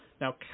Now